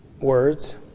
words